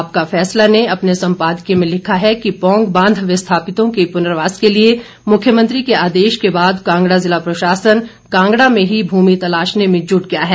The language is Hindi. आपका फैसला ने अपने संपादकीय में लिखा है कि पौंग बांध विस्थापितों के पुनर्वास के लिए मुख्यमंत्री के आदेश के बाद कांगड़ा जिला प्रशासन कांगड़ा में ही भूमि तलाशने में जुट गया है